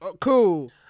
cool